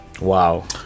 Wow